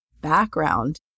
background